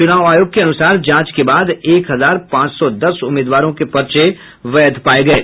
चुनाव आयोग के अनुसार जांच के बाद एक हजार पांच सौ दस उम्मीदवारों के पर्च वैध पाये गये